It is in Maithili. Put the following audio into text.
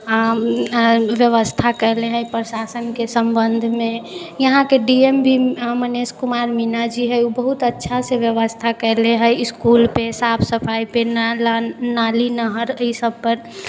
व्यवस्था कयले हइ प्रशासनके सम्बन्धमे यहाँके डी एम भी मनीष कुमार मीणा जी हइ ओ बहुत अच्छासँ व्यवस्था कयले हइ इस्कुलके साफ सफाइपर नाली नहर ईसभपर